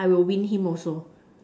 I'll win him also